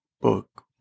book